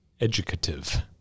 educative